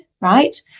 right